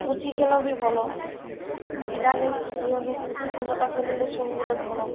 କୁଚି ଖେଲ ବି ଭଲ ପିଲା ହେଉ କି ଝିଅ ହେଉ କୁଚି ଖେଲଟା ଖେଲିଲେ ସବୁବେଲେ ଭଲ